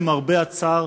למרבה הצער,